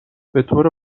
بطور